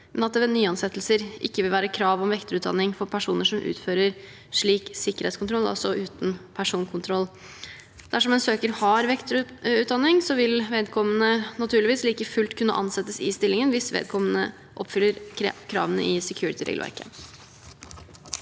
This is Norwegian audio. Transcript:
men at det ved nyansettelser ikke vil være krav om vekterutdanning for personer som utfører slik sikkerhetskontroll, altså uten personkontroll. Dersom en søker har vekterutdanning, vil vedkommende naturligvis like fullt kunne ansettes i stillingen hvis vedkommende oppfyller kravene i security-regelverket.